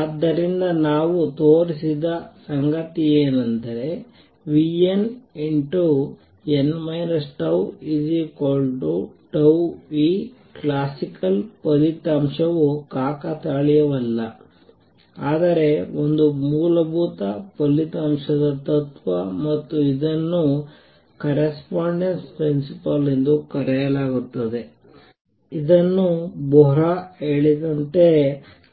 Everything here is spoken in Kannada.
ಆದ್ದರಿಂದ ನಾವು ತೋರಿಸಿದ ಸಂಗತಿಯೆಂದರೆnn τ Classical ಫಲಿತಾಂಶವು ಕಾಕತಾಳೀಯವಲ್ಲ ಆದರೆ ಒಂದು ಮೂಲಭೂತ ಫಲಿತಾಂಶದ ತತ್ವ ಮತ್ತು ಇದನ್ನು ಕರೆಸ್ಪಾಂಡೆನ್ಸ್ ಪ್ರಿನ್ಸಿಪಲ್ ಎಂದು ಕರೆಯಲಾಗುತ್ತದೆ ಇದನ್ನು ಬೋಹ್ರ್ ಹೇಳಿದಂತೆ